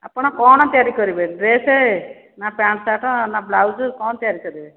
ଆପଣ କ'ଣ ତିଆରି କରିବେ ଡ୍ରେସ୍ ନା ପ୍ୟାଣ୍ଟ ସାର୍ଟ ନା ବ୍ଲାଉଜ୍ କ'ଣ ତିଆରି କରିବେ